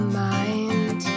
mind